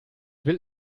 will